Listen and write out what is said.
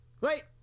Wait